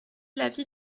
l’avis